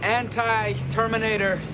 anti-Terminator